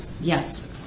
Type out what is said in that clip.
yes